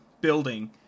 Building